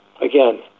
again